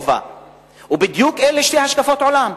אלה בדיוק שתי השקפות עולם: